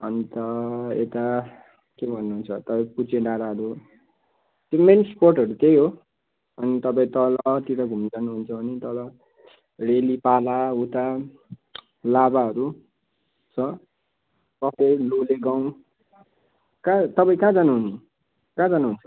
अन्त यता के भन्नुहुन्छ तपाईँ पुजे डाँडाहरू मेन स्पटहरू त्यही हो अनि तपाईँ तलतिर घुम्नु जानुहुन्छ भने तल रेली पाला उता लाभाहरू छ कफेर लोले गाउँ कहाँ तपाईँ कहाँ जानु हुने कहाँ जानुहुन्छ